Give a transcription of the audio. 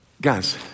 guys